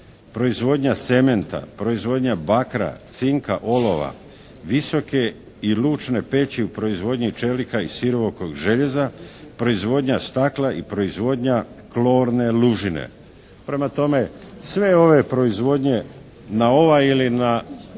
proizvodnja cementa, proizvodnja bakra, cinka, olova, visoke i lučne peći u proizvodnji čelika i sirovog željeza, proizvodnja stakla i proizvodnja klorne lužine. Prema tome, sve ove proizvodnje na ovaj ili na